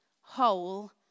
whole